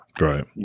right